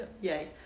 Yay